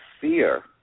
fear